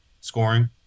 scoring